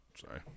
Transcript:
sorry